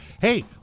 Hey